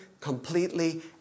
completely